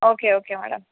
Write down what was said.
okay okay madam